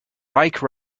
bike